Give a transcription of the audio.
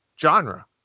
genre